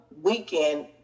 weekend